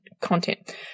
content